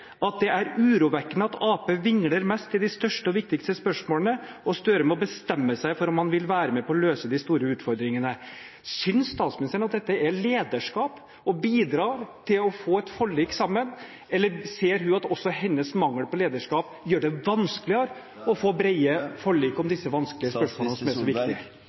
at det «er urovekkende at Ap vingler mest i de største og viktigste spørsmålene», og at «Støre må bestemme seg for om han vil være med på å løse de store utfordringene». Synes statsministeren at dette er lederskap og bidrar til et forlik, eller ser hun at også hennes mangel på lederskap gjør det vanskeligere å få brede forlik om disse vanskelige spørsmålene som er